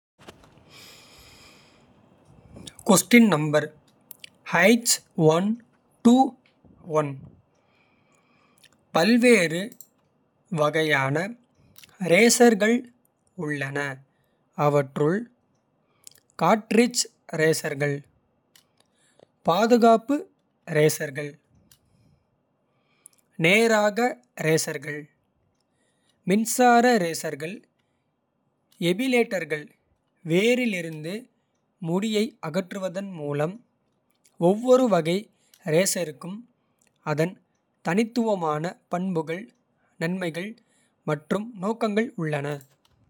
பல்வேறு வகையான ரேஸர்கள் உள்ளன அவற்றுள். கார்ட்ரிட்ஜ் ரேஸர்கள் பாதுகாப்பு ரேஸர்கள். நேராக ரேஸர்கள் மின்சார ரேஸர்கள் எபிலேட்டர்கள். வேரிலிருந்து முடியை அகற்றுவதன் மூலம். ஒவ்வொரு வகை ரேஸருக்கும் அதன் தனித்துவமான. பண்புகள் நன்மைகள் மற்றும் நோக்கங்கள் உள்ளன.